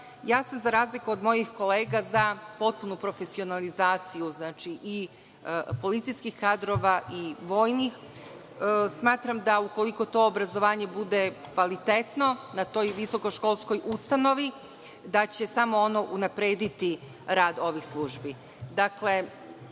ustanova, za razliku od mojih kolega, ja sam za potpunu profesionalizaciju i policijskih kadrova i vojnih. Smatram, ukoliko to obrazovanje bude kvalitetno na toj visokoškolskoj ustanovi, da će ono samo unaprediti rad ovih službi. Dakle,